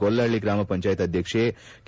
ಗೊಲ್ಲಹಳ್ಳಿ ಗ್ರಾಮ ಪಂಚಾಯತ್ ಅಧ್ಯಕ್ಷೆ ಕೆ